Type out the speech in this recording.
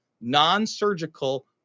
non-surgical